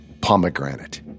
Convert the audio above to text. Pomegranate